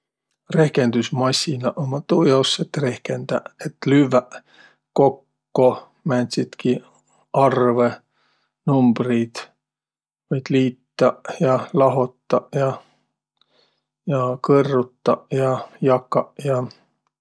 Rehkendüsmassinaq ummaq tuujaos, et rehkendäq. Et lüvväq kokko määntsitki arvõ, numbriid. Võit liitaq ja lahotaq ja, ja kõrrutaq ja, jakaq ja.